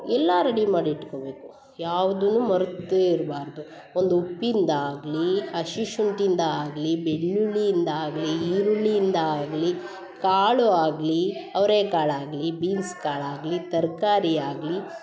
ಎಲ್ಲಾ ರೆಡಿ ಮಾಡಿಟ್ಕೊಬೇಕು ಯಾವುದನ್ನು ಮರೆತು ಇರ್ಬಾರದು ಒಂದು ಉಪ್ಪಿಂದಾಗಲಿ ಹಸಿ ಶುಂಟಿಂದಾಗಲಿ ಬೆಳ್ಳುಳ್ಳಿಯಿಂದಾಗಲಿ ಈರುಳ್ಳಿಯಿಂದಾಗಲಿ ಕಾಳು ಆಗಲಿ ಅವ್ರೆ ಕಾಳು ಆಗಲಿ ಬೀನ್ಸ್ ಕಾಳು ಆಗಲಿ ತರಕಾರಿ ಆಗಲಿ